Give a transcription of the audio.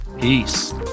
Peace